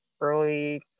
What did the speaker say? early